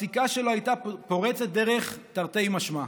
הפסיקה שלו הייתה פורצת הדרך, תרתי משמע,